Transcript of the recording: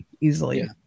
easily